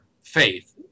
faith